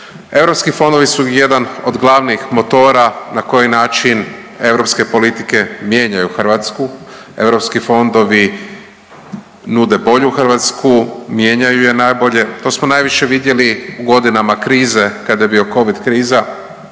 EU fondovi su jedan od glavnih motora na koji način EU politike mijenjaju Hrvatsku, EU fondovi nude bolju Hrvatsku, mijenjaju je nabolje, to smo najviše vidjeli u godinama krize kada je bio covid kriza,